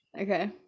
Okay